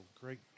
great